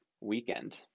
weekend